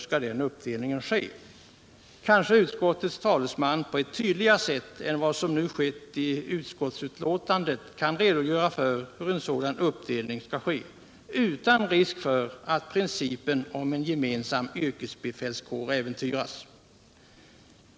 Kanske utskottets talesman på ett tydligare sätt än vad som skett i utskottsbetänkandet kan redogöra för hur en sådan uppdelning skall göras utan att principen om en gemensam yrkesbefälskår äventyras?